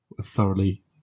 Thoroughly